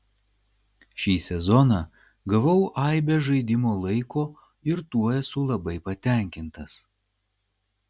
šį sezoną gavau aibę žaidimo laiko ir tuo esu labai patenkintas